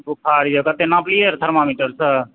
बुखार यऽ कते नापलियै रहऽ थर्मामीटरसँ